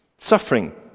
suffering